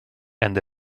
and